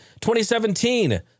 2017